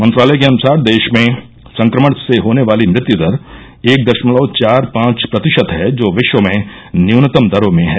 मंत्रालय के अनुसार देश में संक्रमण से होने वाली मृत्यु दर एक दशमलव चार पांच प्रतिशत है जो विश्व में न्यूनतम दरों में है